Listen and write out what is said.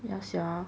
ya sia